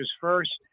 first